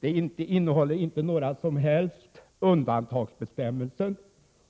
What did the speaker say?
Det innehåller inte några som helst undantagsbestämmelser,